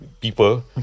people